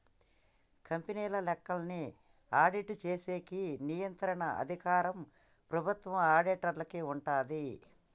కంపెనీల లెక్కల్ని ఆడిట్ చేసేకి నియంత్రణ అధికారం ప్రభుత్వం ఆడిటర్లకి ఉంటాది